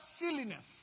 silliness